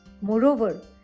Moreover